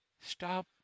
stop